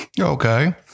Okay